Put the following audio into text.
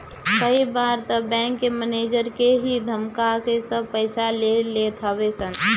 कई बार तअ बैंक के मनेजर के ही धमका के सब पईसा ले लेत हवे सन